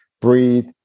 breathe